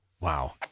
Wow